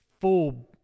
full